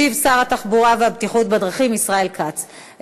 ישיב שר התחבורה והבטיחות בדרכים ישראל כץ.